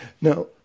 now